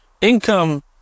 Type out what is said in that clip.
income